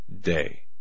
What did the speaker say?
day